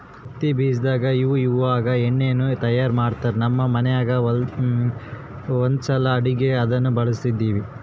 ಹತ್ತಿ ಬೀಜದಾಗ ಇವಇವಾಗ ಎಣ್ಣೆಯನ್ನು ತಯಾರ ಮಾಡ್ತರಾ, ನಮ್ಮ ಮನೆಗ ಒಂದ್ಸಲ ಅಡುಗೆಗೆ ಅದನ್ನ ಬಳಸಿದ್ವಿ